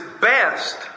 best